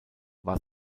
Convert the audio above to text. war